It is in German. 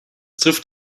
trifft